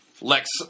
Lex